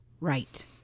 Right